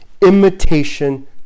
imitation